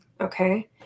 Okay